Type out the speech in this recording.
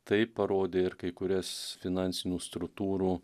tai parodė ir kai kurias finansinių strutūrų